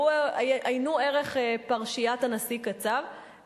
עיינו ערך פרשיית הנשיא קצב,